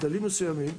גדלים מסוימים,